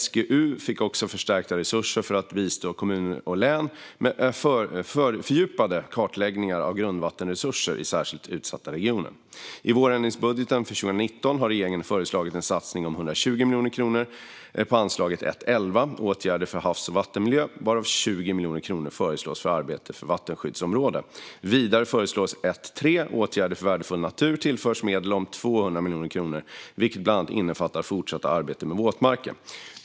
SGU fick också förstärkta resurser för att bistå kommuner och län med fördjupade kartläggningar av grundvattenresurser i särskilt utsatta regioner. I vårändringsbudgeten för 2019 har regeringen föreslagit en satsning om 120 miljoner kronor på anslaget 1:11 Åtgärder för havs och vattenmiljö , varav 20 miljoner kronor föreslås för arbete med vattenskyddsområden. Vidare föreslås anslaget 1:3 Åtgärder för värdefull natur tillföras medel om 200 miljoner kronor, vilket bland annat innefattar fortsatt arbete med våtmarker.